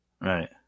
Right